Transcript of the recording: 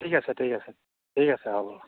ঠিক আছে ঠিক আছে ঠিক আছে হ'ব